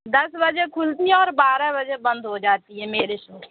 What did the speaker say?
دس بجے کھلتی ہے اور بارہ بجے بند ہو جاتی ہے میری شاپ